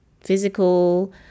physical